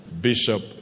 Bishop